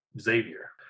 Xavier